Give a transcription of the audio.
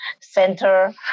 center